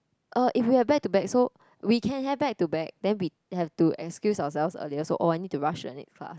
uh if we have back to back so we can have back to back then we have to excuse ourselves earlier so oh I need to rush to the next class